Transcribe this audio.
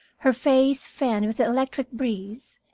her face fanned with the electric breeze,